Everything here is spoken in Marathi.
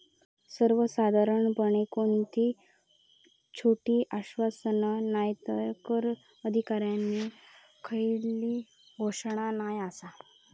सर्वसाधारणपणे कोणती खोटी आश्वासना नायतर कर अधिकाऱ्यांची खयली घोषणा नाय आसा